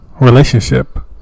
relationship